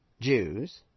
Jews